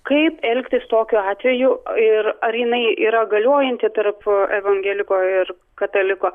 kaip elgtis tokiu atveju ir ar jinai yra galiojanti tarp evangeliko ir kataliko